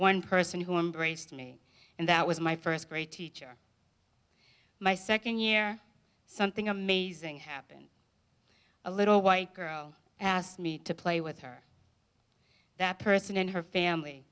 one person who embraced me and that was my first grade teacher my second year something amazing happened a little white girl asked me to play with her that person in her family